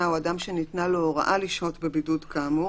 או אדם שניתנה לו הוראה לשהות בבידוד כאמור,